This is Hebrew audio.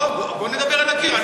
לא, בוא נדבר אל הקיר.